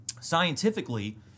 scientifically